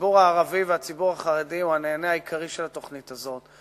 הציבור הערבי והציבור החרדי הם הנהנים העיקריים של התוכנית הזאת.